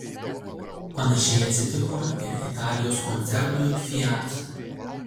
panašiai atsitiko ir italijos koncernui fiat